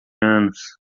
anos